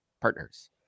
partners